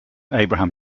abraham